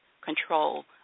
control